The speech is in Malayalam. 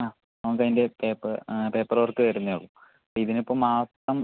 ആ നമുക്ക് അതിൻ്റെ പേപ്പ പേപ്പർ വർക്ക് തരുന്നതേ ഉള്ളൂ ഇതിനിപ്പോൾ മാസം